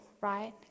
right